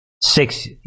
six